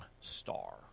star